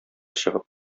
чыгып